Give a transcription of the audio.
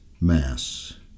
mass